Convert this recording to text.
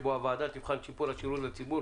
שבו הוועדה תבחן את שיפור השירות לציבור